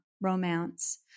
romance